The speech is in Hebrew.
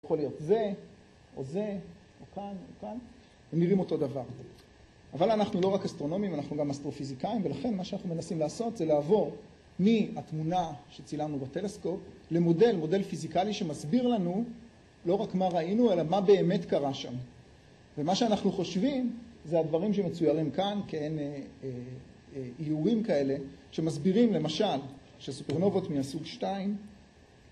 ‫יכול להיות זה או זה או כאן או כאן, ‫הם נראים אותו דבר. ‫אבל אנחנו לא רק אסטרונומים, ‫אנחנו גם אסטרופיזיקאים, ‫ולכן מה שאנחנו מנסים לעשות ‫זה לעבור מהתמונה שצילמנו בטלסקופ ‫למודל, מודל פיזיקלי שמסביר לנו ‫לא רק מה ראינו, אלא מה באמת קרה שם. ‫ומה שאנחנו חושבים זה הדברים ‫שמצוירים כאן כאין איורים כאלה, ‫שמסבירים למשל ‫שסופרנובות מהסוג 2